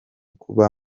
kuba